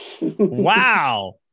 Wow